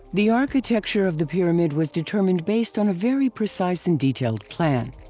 the architecture of the pyramid was determined based on a very precise and detailed plan.